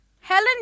Helen